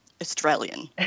Australian